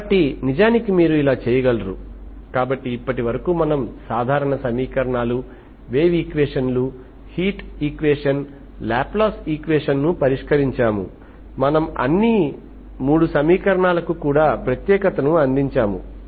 కాబట్టి నిజానికి మీరు ఇలా చేయగలరు కాబట్టి ఇప్పటివరకు మనము సాధారణ సమీకరణాలు వేవ్ ఈక్వేషన్లు హీట్ ఈక్వేషన్ లాప్లాస్ ఈక్వేషన్ ను పరిష్కరించాము మనము అన్ని 3 సమీకరణాలకు కూడా ప్రత్యేకతను అందించాము